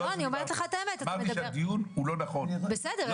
וזה בסדר,